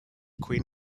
queen